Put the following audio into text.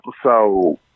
episode